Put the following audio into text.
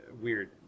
weird